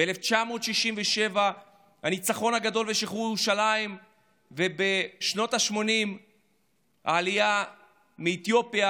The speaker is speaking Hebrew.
ב-1967 הניצחון הגדול ושחרור ירושלים ובשנות השמונים העלייה מאתיופיה,